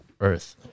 earth